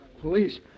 police